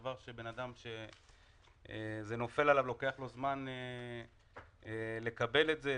דבר שבן אדם כשזה נופל עליו לוקח לו זמן לקבל את זה,